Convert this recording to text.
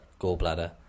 gallbladder